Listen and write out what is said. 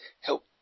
Help